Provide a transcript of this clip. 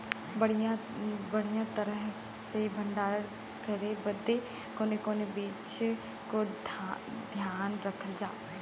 बढ़ियां तरह से भण्डारण करे बदे कवने कवने चीज़ को ध्यान रखल जा?